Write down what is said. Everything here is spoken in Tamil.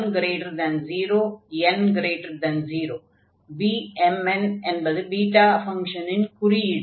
Bmn என்பது பீட்டா ஃபங்ஷனின் குறியீடு